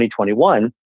2021